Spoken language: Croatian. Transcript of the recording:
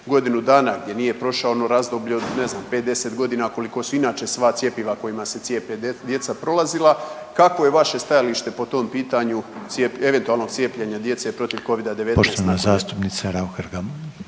godinu dana gdje nije prošao ono razdoblje od ne znam 5, 10 godina koliko su inače sva cjepiva kojima se cijepe djeca prolazila. Kakvo je vaše stajalište po tom pitanju eventualnog cijepljenja djece protiv Covida-19 … /ne razumije se/…